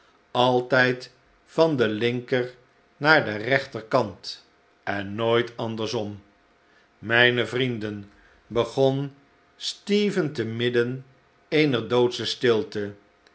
altijd van den linker naar den rechterkant en nooit andersom mijne vrienden begon stephen te midden eener doodsche stilte